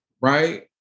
right